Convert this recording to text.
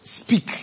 speak